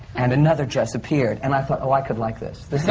and another dress appeared. and i thought, oh, i could like this.